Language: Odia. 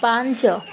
ପାଞ୍ଚ